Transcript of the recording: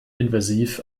invasiv